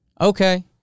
Okay